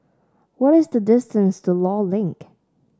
what is the distance to Law Link